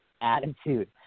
attitude